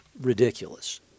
ridiculous